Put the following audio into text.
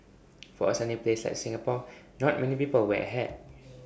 for A sunny place like Singapore not many people wear A hat